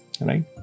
right